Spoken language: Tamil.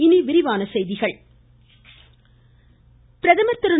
இனி விரிவான செய்திகள் பிரதமர் பிரதமர் திரு